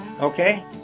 okay